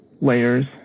layers